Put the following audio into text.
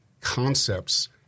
concepts